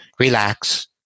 Relax